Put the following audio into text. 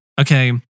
okay